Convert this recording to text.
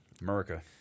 America